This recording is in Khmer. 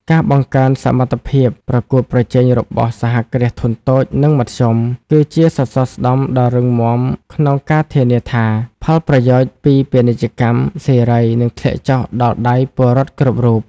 ការបង្កើនសមត្ថភាពប្រកួតប្រជែងរបស់សហគ្រាសធុនតូច និងមធ្យម គឺជាសសរស្តម្ភដ៏រឹងមាំក្នុងការធានាថា ផលប្រយោជន៍ពីពាណិជ្ជកម្មសេរីនឹងធ្លាក់ដល់ដៃពលរដ្ឋគ្រប់រូប។